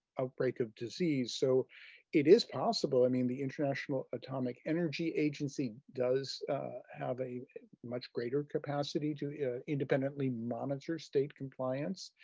outbreak of disease. so it is possible. i mean, the international atomic energy agency does have a much greater capacity to independently monitor state compliance.